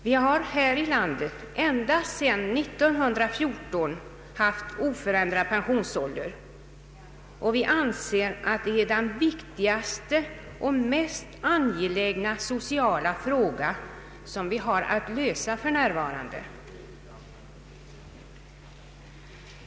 Vi har här i landet ända sedan 1914 haft oförändrad pensionsålder, och inom centerpartiet anser vi att sänkning av pensionsåldern är den viktigaste och mest angelägna sociala fråga vi har att lösa för närvarande.